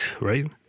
right